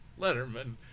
Letterman